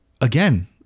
again